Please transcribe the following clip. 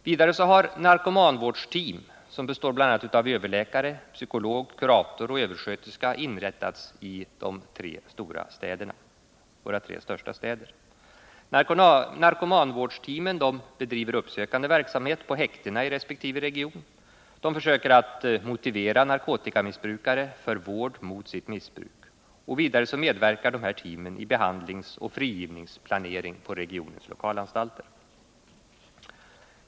Vidare har narkomanvårdsteam, som bl.a. består av en överläkare, en psykolog, en kurator och en översköterska, inrättats i våra tre största städer. Narkomanvårdsteamen bedriver uppsökande verksamhet på häktena i resp. region. De försöker motivera narkotikamissbrukare för vård mot sitt missbruk. Vidare medverkar dessa team i behandlingsoch frigivningsplanering på regionens lokalanstalter.